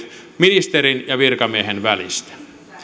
ministerin ja virkamiehen välistä